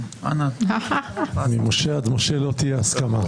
אני קורא אותך לסדר פעם שנייה.